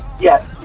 yes.